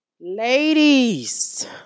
Ladies